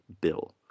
bill